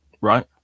Right